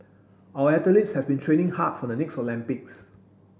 our athletes have been training hard for the next Olympics